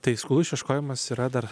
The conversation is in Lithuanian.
tai skolų išieškojimas yra dar